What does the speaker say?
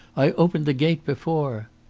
i opened the gate before.